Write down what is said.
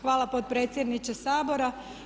Hvala podpredsjedniče Sabora.